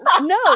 No